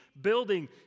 building